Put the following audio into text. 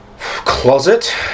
closet